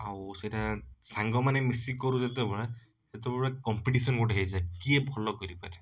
ଆଉ ସେଇଟା ସାଙ୍ଗମାନେ ମିଶିକି କରୁ ଯେତେବେଳେ ସେତେବେଳେ କମ୍ପିଟିସନ୍ ଗୋଟେ ହେଇଯାଏ କିଏ ଭଲ କରିପାରେ